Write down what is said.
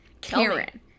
Karen